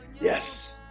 Yes